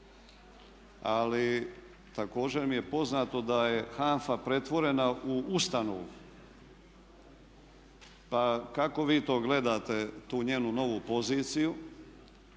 Ali također mi je poznato da je HANFA pretvorena u ustanovu, pa kako vi to gledate tu njenu novu poziciju